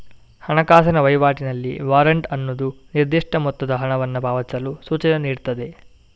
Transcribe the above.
ಹಣಕಾಸಿನ ವೈವಾಟಿನಲ್ಲಿ ವಾರೆಂಟ್ ಅನ್ನುದು ನಿರ್ದಿಷ್ಟ ಮೊತ್ತದ ಹಣವನ್ನ ಪಾವತಿಸಲು ಸೂಚನೆ ನೀಡ್ತದೆ